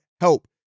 help